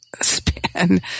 span